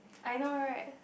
I know right